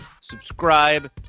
subscribe